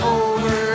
over